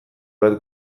bat